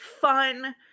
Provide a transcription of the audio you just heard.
fun